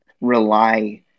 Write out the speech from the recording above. rely